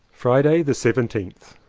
friday the seventeenth.